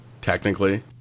technically